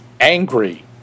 angry